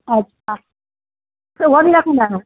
अच्छा त हूअ बि रखंदा आहियो